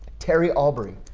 terry albury,